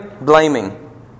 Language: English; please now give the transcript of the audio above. Blaming